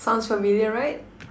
sounds familiar right